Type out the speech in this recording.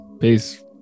Peace